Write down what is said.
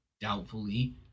doubtfully